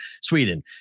Sweden